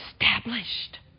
established